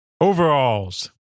Overalls